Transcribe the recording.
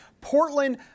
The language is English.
Portland